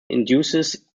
induces